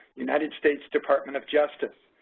united states department of justice.